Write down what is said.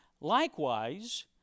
Likewise